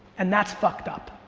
and that's fucked up.